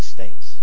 States